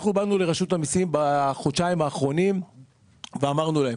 בחודשיים האחרונים אנחנו באנו לרשות המיסים ואמרנו להם